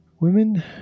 Women